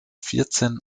vierzehn